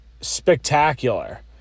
spectacular